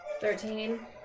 Thirteen